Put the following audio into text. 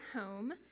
home